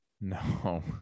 No